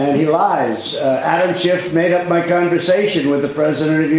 he lies. and jeff made up my conversation with the president